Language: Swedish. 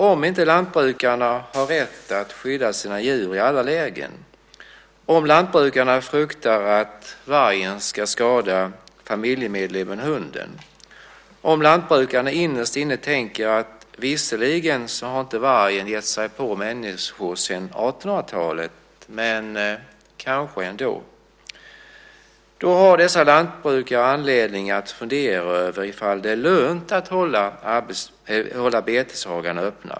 Om inte lantbrukarna har rätt att skydda sina djur i alla lägen, om lantbrukarna fruktar att vargen ska skada familjemedlemmen hunden, om lantbrukarna innerst inne tänker att visserligen har inte vargen gett sig på människor sedan 1800-talet, men kanske ändå - då har dessa lantbrukare anledning att fundera över om det är lönt att hålla beteshagarna öppna.